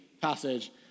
passage